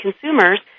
consumers